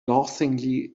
laughingly